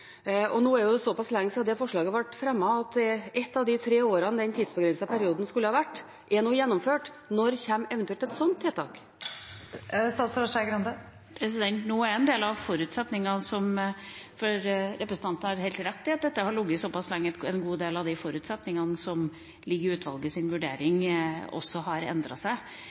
Nå er det jo så pass lenge siden det forslaget ble fremmet at ett av de tre årene i den tidsbegrensede perioden nå har gått. Når kommer eventuelt et slikt tiltak? Da er tiden ute. Representanten har helt rett i at dette har ligget så pass lenge at en god del av forutsetningene i utvalgets vurdering også har endret seg